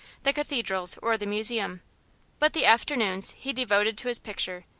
the cathedrals or the museum but the afternoons he devoted to his picture,